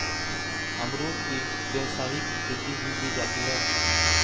अमरुद की व्यावसायिक खेती भी की जाती है